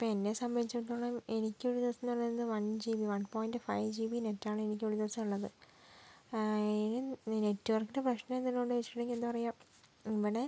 ഇപ്പം എന്നെ സംബന്ധിച്ചിടത്തോളം എനിക്ക് ഒരു ദിവസം എന്ന് പറയുന്നത് one G B one point five G B net ആണ് എനിക്ക് ഒരു ദിവസം ഉള്ളത് നെറ്റ് വർക്കിൻ്റെ പ്രശ്നം എന്തെങ്കിലും ഉണ്ടോന്ന് ചോദിച്ചിട്ടുണ്ടെങ്കിൽ എന്താ പറയുക ഇവിടെ